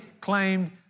claimed